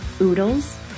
oodles